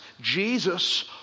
Jesus